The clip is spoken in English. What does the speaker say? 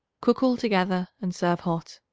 cook all together and serve hot.